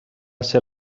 ser